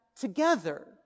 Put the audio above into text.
Together